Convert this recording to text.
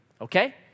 Okay